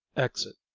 exit.